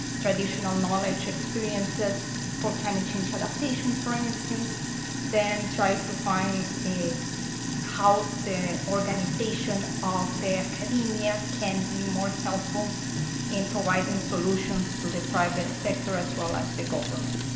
traditional knowledge experiences for climate change adaptation, for instance then try to find how the organization of the academia can be more helpful in providing solutions to the private sector as well as the government.